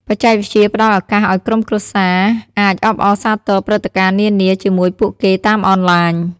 បច្ចេកវិទ្យាផ្តល់ឱកាសឲ្យក្រុមគ្រួសារអាចអបអរសាទរព្រឹត្តិការណ៍នានា ជាមួយពួកគេតាមអនឡាញ។